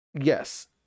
yes